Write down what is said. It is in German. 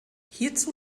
hierzu